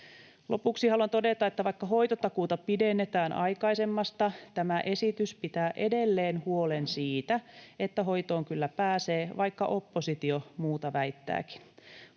Lopuksi haluan todeta, että vaikka hoitotakuuta pidennetään aikaisemmasta, tämä esitys pitää edelleen huolen siitä, että hoitoon kyllä pääsee, vaikka oppositio muuta väittääkin.